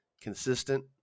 consistent